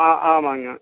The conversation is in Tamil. ஆ ஆமாங்க